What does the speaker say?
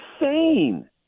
insane